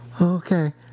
Okay